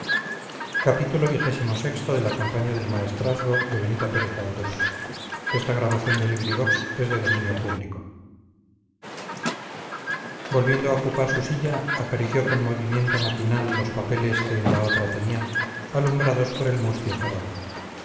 volviendo a ocupar su silla acarició con movimiento maquinal los papeles que en la otra tenía alumbrados por el mustio farol